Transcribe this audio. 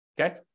Okay